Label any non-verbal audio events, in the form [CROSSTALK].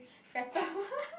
fatter [LAUGHS]